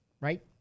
right